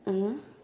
(uh huh)